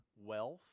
wealth